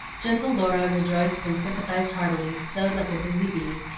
gentle laura rejoiced and sympathized heartily, sewed like a busy bee,